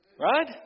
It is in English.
Right